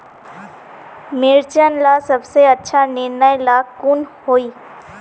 मिर्चन ला सबसे अच्छा निर्णय ला कुन होई?